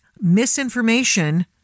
misinformation